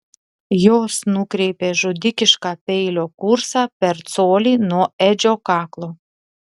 jos nukreipė žudikišką peilio kursą per colį nuo edžio kaklo